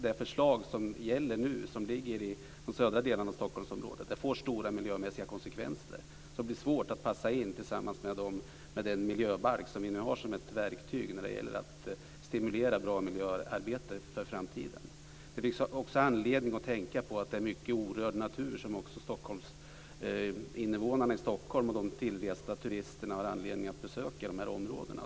Det förslag som nu ligger för de södra delarna av Stockholmsområdet får stora miljömässiga konsekvenser, som det blir svårt att passa in tillsammans med den miljöbalk som vi nu har som ett verktyg när det gäller att stimulera bra miljöarbete för framtiden. Det finns anledning att tänka på att det blir väldigt stora ingrepp i den orörda natur som invånarna i Stockholm och de tillresta turisterna har anledning att besöka i det här området.